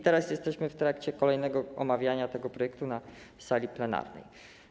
Teraz jesteśmy w trakcie kolejnego omawiania tego projektu na sali plenarnej.